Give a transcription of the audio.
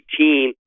18